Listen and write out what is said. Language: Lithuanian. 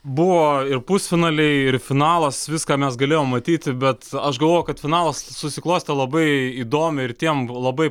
buvo ir pusfinaliai ir finalas viską mes galėjom matyti bet aš galvojau kad finalas susiklostė labai įdomiai ir tiem labai